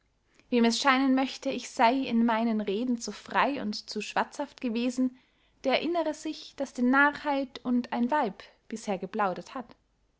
wem es scheinen möchte ich sey in meinen reden zu frey und zu schwatzhaft gewesen der erinnere sich daß die narrheit und ein weib bisher geplaudert hat